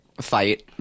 fight